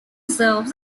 serves